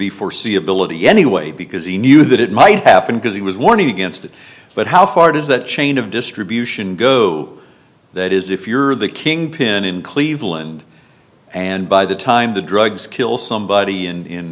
be foreseeability anyway because he knew that it might happen because he was warning against it but how far does that chain of distribution go that is if you're the king pin in cleveland and by the time the drugs kill somebody in